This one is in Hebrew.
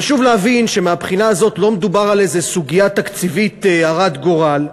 חשוב להבין שמהבחינה הזאת לא מדובר על איזה סוגיה תקציבית הרת גורל.